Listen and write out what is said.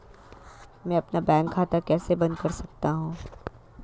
मैं अपना बैंक खाता कैसे बंद कर सकता हूँ?